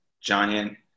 giant